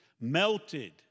melted